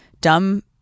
dumb